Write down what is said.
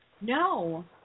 No